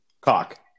Cock